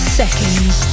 seconds